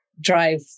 drive